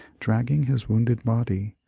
dragging his wounded body,